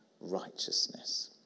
righteousness